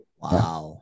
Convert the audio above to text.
Wow